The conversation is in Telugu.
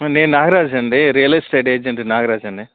నేను నాగరాజు అండి రియల్ ఎస్టేట్ ఏజెంట్ నాగరాజు అండి